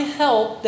help